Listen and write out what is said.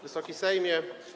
Wysoki Sejmie!